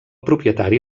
propietari